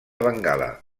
bengala